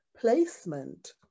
placement